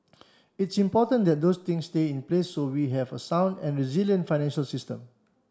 it's important that those things stay in place so we have a sound and resilient financial system